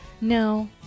No